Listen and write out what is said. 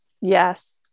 Yes